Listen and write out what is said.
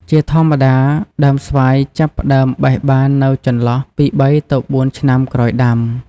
ជាធម្មតា ដើមស្វាយចាប់ផ្ដើមបេះបាននៅចន្លោះពី ៣ ទៅ ៤ ឆ្នាំក្រោយដាំ។